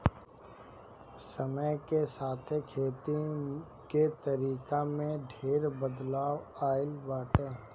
समय के साथे खेती के तरीका में ढेर बदलाव आइल बाटे